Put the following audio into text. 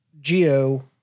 geo